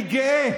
אני גאה